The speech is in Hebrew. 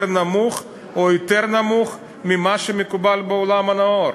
נמוך או יותר נמוך ממה שמקובל בעולם הנאור.